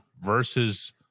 versus